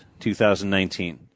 2019